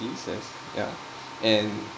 ya and